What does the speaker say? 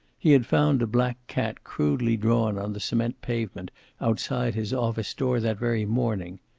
he had found a black cat crudely drawn on the cement pavement outside his office-door that very morning,